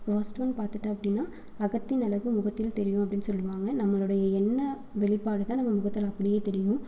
last one பார்த்துட்ட அப்படின்னா அகத்தின் அழகு முகத்தில் தெரியும் அப்படின்னு சொல்லுவாங்கள் நம்மளுடைய எண்ண வெளிப்பாடுதான் நம்ம முகத்தில் அப்படியே தெரியும்